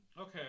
Okay